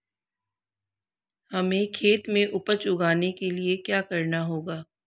हमें खेत में उपज उगाने के लिये क्या करना होगा?